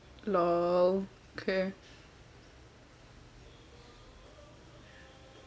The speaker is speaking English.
okay